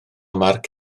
marc